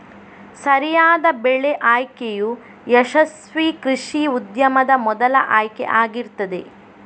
ಸರಿಯಾದ ಬೆಳೆ ಆಯ್ಕೆಯು ಯಶಸ್ವೀ ಕೃಷಿ ಉದ್ಯಮದ ಮೊದಲ ಆಯ್ಕೆ ಆಗಿರ್ತದೆ